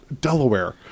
Delaware